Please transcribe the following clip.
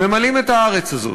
ממלאים את הארץ הזו.